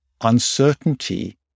uncertainty